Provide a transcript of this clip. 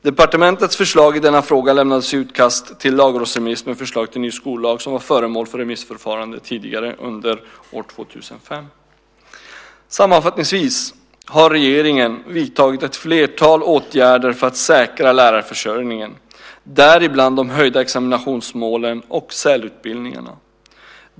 Departementets förslag i denna fråga lämnades i utkast till lagrådsremiss med förslag till en ny skollag, som var föremål för remissförfarande tidigare under år 2005. Sammanfattningsvis har regeringen vidtagit ett flertal åtgärder för att säkra lärarförsörjningen, däribland de höjda examinationsmålen och SÄL-utbildningarna.